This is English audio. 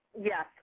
Yes